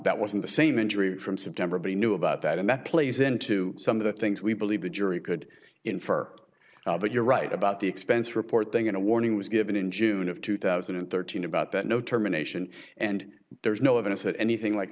that wasn't the same injury from september but he knew about that and that plays into some of the things we believe the jury could infer but you're right about the expense report thing and a warning was given in june of two thousand and thirteen about that no terminations and there's no evidence that anything like